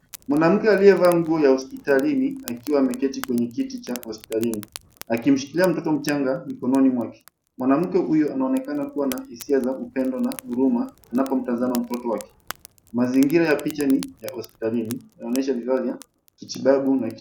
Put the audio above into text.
Mwanamke aliyevaa nguo ya hospitalini akiwa ameketi kwenye kiti, akimshikilia mtoto mchanga mikononi mwake. Mwanamke huyo anaonekana kuwa na hisia za upendo na huruma, anapomtazama mtoto wake. Mazingira ya picha ni ya hospitalini, inaonyesha vifaa vya matibabu.